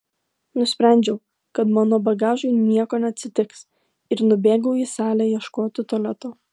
nusprendžiau kad mano bagažui nieko neatsitiks ir nubėgau į salę ieškoti tualeto